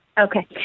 Okay